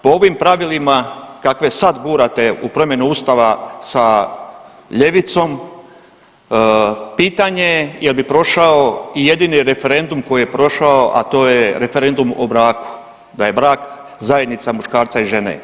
Po ovim pravilima kakve sad gurate u promjenu ustava sa ljevicom pitanje je jel bi prošao i jedini referendum koji je prošao, a to je referendum o braku da je brak zajednica muškarca i žene.